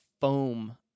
foam